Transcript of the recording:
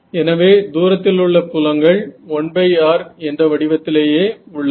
எனவே தூரத்திலுள்ள புலங்கள் 1r என்ற வடிவத்திலேயே உள்ளது